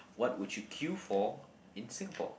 what would you queue for in Singapore